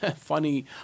funny